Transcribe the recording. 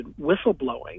whistleblowing